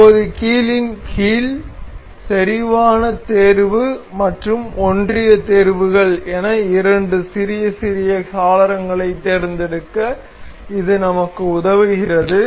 இப்போது கீலின் கீழ் செறிவான தேர்வு மற்றும் ஒன்றிய தேர்வுகள் என இரண்டு சிறிய சிறிய சாளரங்களைத் தேர்ந்தெடுக்க இது நமக்கு உதவுகிறது